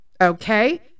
Okay